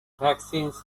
vaccines